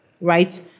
Right